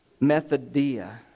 methodia